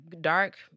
dark